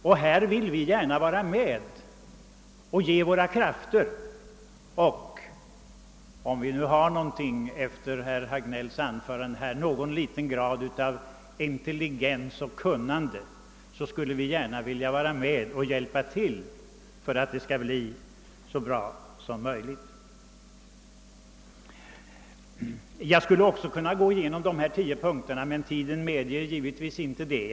Och där vill vi gärna hjälpa till. Om vi nu efter herr Hagnells anförande har någonting kvar av intelligens och kunnande, så vill vi gärna erbjuda våra krafter för att vi skall få det så bra som möjligt. Jag skulle här kunna gå igenom de tio punkterna, men tiden medger inte detta.